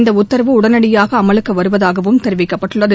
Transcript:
இந்த உத்தரவு உடனடியாக அமலுக்கு வருவதாகவும் தெரிவிக்கப்பட்டுள்ளது